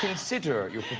consider your